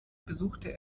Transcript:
besuchte